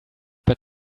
but